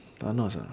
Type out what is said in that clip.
thanos ah